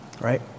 right